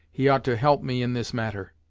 he ought to help me in this matter!